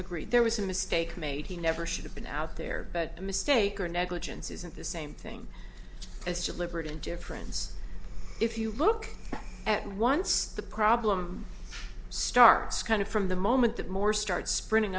agreed there was a mistake made he never should have been out there but a mistake or negligence isn't the same thing as deliberate indifference if you look at once the problem starts kind of from the moment that more starts springing